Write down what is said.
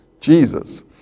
Jesus